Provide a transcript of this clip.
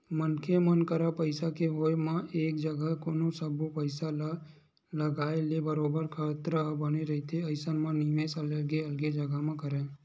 मनखे मन करा पइसा के होय म एक जघा कोनो सब्बो पइसा ल लगाए ले बरोबर खतरा बने रहिथे अइसन म निवेस अलगे अलगे जघा म करय